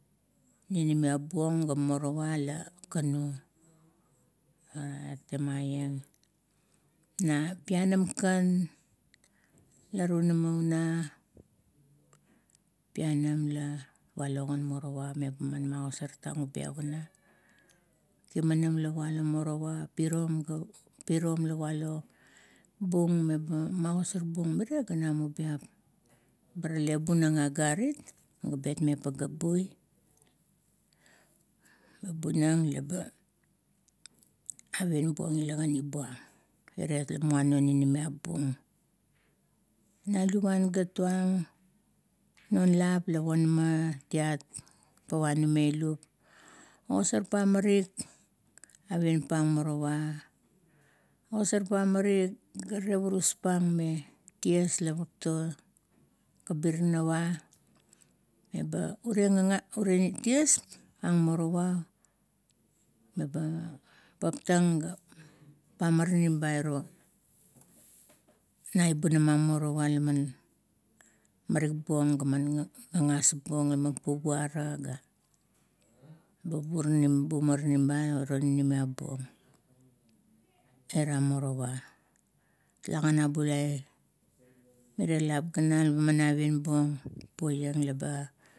Ninimiap buong ga morowa, la kanu, na pianam kan la runama una, pianam la walo morowa meba magosar tang ubiap una. Kimanam la walo morowa, pirom ga pirom la walo bun meba magosar buong mire ganam ubiap. Barak bunang dagarit ga betmeng pageap bui. Ba bunang leba avienbuong ila gani buong iriet lamuanao ninimiap buong. Na luvuan gat tuang, nonlap la ponamt tiat pava numailup ogasar pang marik avien pang morowa. Ogasar pang marik ga tevurus pang me ties la papto kabiranava meba ure gagas ure ties ang morowa memba paptang ga pamaranim bairo, naibunam a morowa laman marik buong ga man gagas buong ga man pubura, ba bumaranim ba iro ninimiap buong ira morowa. Talagan a bulai, mirier lap ganam baman avien buong, poiang leba